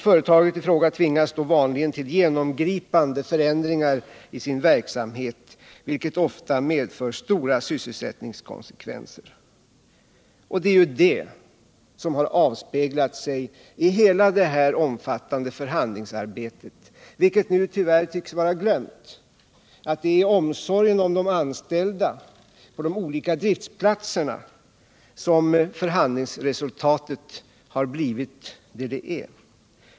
Företaget i fråga tvingas då vanligen till genomgripande förändringar av sin verksamhet, vilket ofta medför stora sysselsättningskonsekvenser. Det är ju detta som har avspeglats i hela det omfattande förhandlingsarbetet — något som nu tyvärr tycks vara glömt. Det är på grund av omsorgen om de anställda på de olika driftsplatserna som förhandlingsresultatet har blivit vad det är.